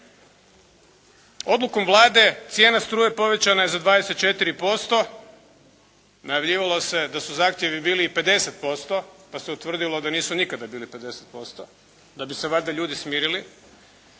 Odlukom Vlade cijena struje povećana je za 24%, najavljivalo se da su zahtjevi bili i 50% pa se utvrdilo da nisu nikada bili 50% da bi se valjda ljudi smirili,